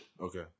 Okay